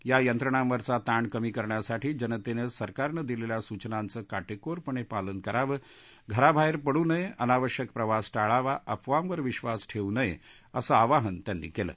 या यंत्रणांवरचा ताण कमी करण्यासाठी जनतः सरकारनं दिलखी सूचनाचं काटक्रिरपणप्रालन करावं घराबाहधीमडू नया अनावश्यक प्रवास टाळावा अफवांवर विश्ववास ठर्दूनया असं आवाहन त्यांनी क्लि